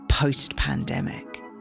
post-pandemic